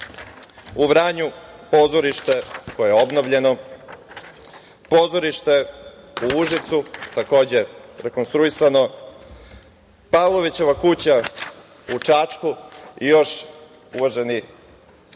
u Vranju pozorište koje je obnovljeno, pozorište u Užicu koje je takođe rekonstruisano, Pavlovića kuća u Čačku i još mnogo,